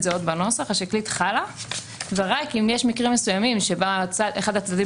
זה עוד בנוסח ורק אם יש מקרים מסוימים בהם אחד הצדדים